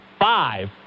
five